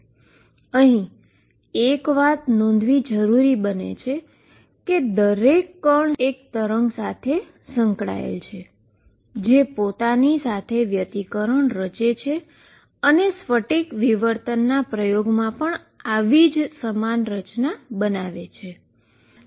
અહી એ વાત નોંધવી જરુરી બને છે કે દરેક પાર્ટીકલ એક વેવ સાથે સંકળાયેલ છે જે પોતાની સાથે ઈન્ટરફીઅરન્સ રચે છે અને ક્રિસ્ટલ ઈન્ટરફીઅરન્સના પ્રયોગમાં પણ આવી જ સમાન પેટર્ન બનાવે છે